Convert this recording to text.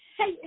Hey